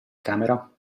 camera